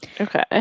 Okay